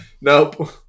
Nope